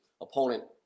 opponent